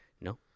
No